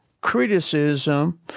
criticism